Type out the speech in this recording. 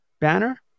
banner